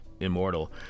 immortal